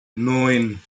neun